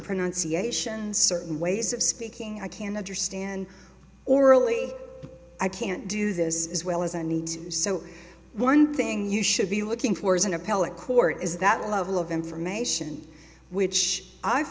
pronunciations certain ways of speaking i can understand orally i can't do this as well as i need to so one thing you should be looking for is an appellate court is that level of information which i